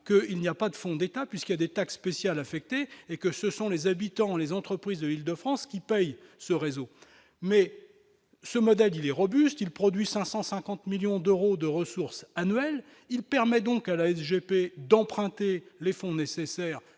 que il n'y a pas de fonds d'État puisqu'il y a des taxes spéciales affectées et que ce sont les habitants, les entreprises de l'Île-de-France, qui payent ce réseau mais ce modèle il est robuste, il produit 550 millions d'euros de ressources annuelles, il permet donc à la SGP d'emprunter les fonds nécessaires,